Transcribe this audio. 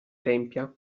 tempia